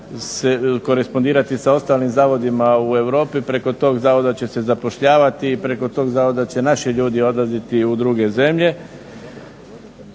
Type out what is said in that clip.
korespondirati sa ostalim zavodima u Europi, preko tog zavoda će se zapošljavati i preko tog zavoda će naši ljudi odlaziti u druge zemlje.